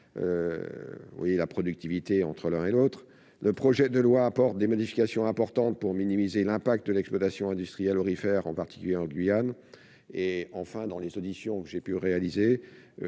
de production entre l'une et l'autre. Ensuite, le projet de loi apporte des modifications importantes pour minimiser l'impact de l'exploitation industrielle aurifère, en particulier en Guyane. Enfin, au cours des auditions que j'ai pu réaliser,